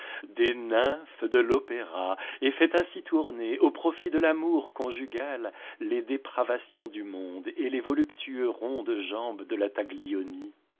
des nymphes de l'opéra et fait ainsi tourner au profit de l'amour conjugal les dépravations du monde et les voluptueux ronds de jambe de la taglioni